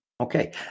Okay